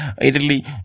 Italy